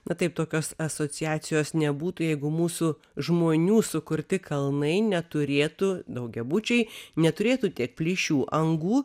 na taip tokios asociacijos nebūtų jeigu mūsų žmonių sukurti kalnai neturėtų daugiabučiai neturėtų tiek plyšių angų